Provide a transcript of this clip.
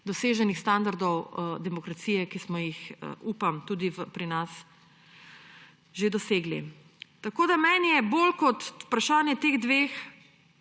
doseženih standardov demokracije, ki smo jih, upam, tudi pri nas že dosegli. Tako je meni bolj kot vprašanje teh dveh